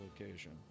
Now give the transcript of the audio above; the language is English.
location